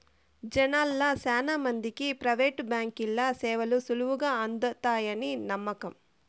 జనాల్ల శానా మందికి ప్రైవేటు బాంకీల సేవలు సులువుగా అందతాయని నమ్మకం